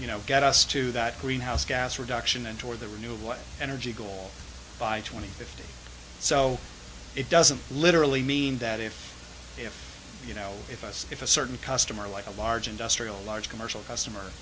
you know get us to that greenhouse gas reduction ensure that we knew what energy goal by twenty fifty so it doesn't literally mean that if if you know if us if a certain customer like a large industrial large commercial customer